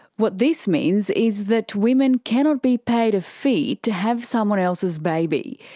what this means is that women cannot be paid a fee to have someone else's baby.